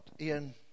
Ian